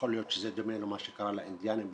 יכול להיות שזה דומה למה שקרה לאינדיאנים באמריקה,